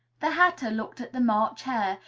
the hatter looked at the march hare,